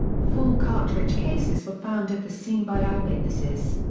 four cartridge cases were found at the scene by eyewitnesses.